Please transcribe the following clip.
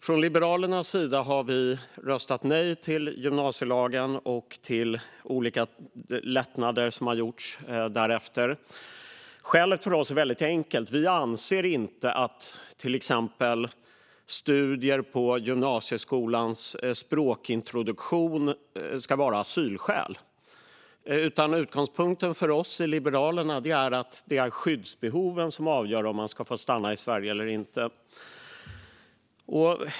Från Liberalernas sida har vi röstat nej till gymnasielagen och till olika lättnader som har gjorts därefter. Skälet till det är för oss väldigt enkelt. Vi anser inte att till exempel studier på gymnasieskolans språkintroduktion ska vara asylskäl, utan utgångspunkten för oss i Liberalerna är att det är skyddsbehoven som avgör om man ska få stanna i Sverige eller inte. Fru talman!